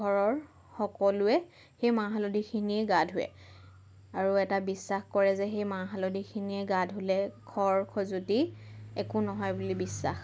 ঘৰৰ সকলোৱে সেই মাহ হালধিখিনিৰে গা ধোৱে আৰু এটা বিশ্বাস কৰে যে সেই মাহ হালধিখিনিৰে গা ধুলে খৰ খজুৱতি একো নহয় বুলি বিশ্বাস